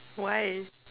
why